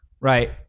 right